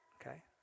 Okay